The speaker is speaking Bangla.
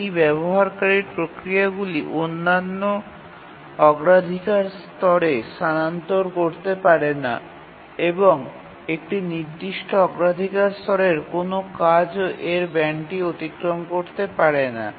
এই ব্যবহারকারীর প্রক্রিয়াগুলি অন্যান্য অগ্রাধিকার স্তরে স্থানান্তর করতে পারে না এবং একটি নির্দিষ্ট অগ্রাধিকার স্তরের কোনও কাজও এর ব্যান্ডটি অতিক্রম করতে পারে না